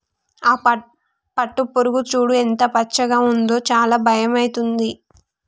ఆ పట్టుపురుగు చూడు ఎంత పచ్చగా ఉందో చాలా భయమైతుంది